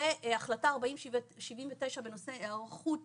והחלטה 4079 בנושא היערכות